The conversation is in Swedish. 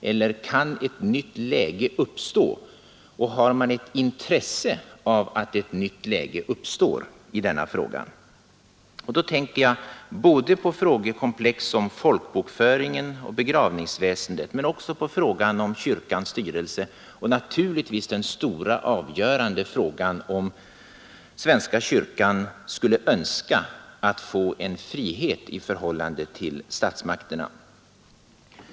Eller kan ett nytt läge uppstå, och har regeringen intresse av att ett nytt läge uppstår i denna fråga? Då tänker jag på frågekomplex som folkbokföringen och begravnings väsendet men också på frågan om kyrkans styrelse och naturligtvis på den stora avgörande frågan om svenska kyrkan skulle önska få en fri ställning i förhållande till staten.